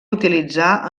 utilitzat